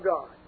God